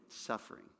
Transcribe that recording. suffering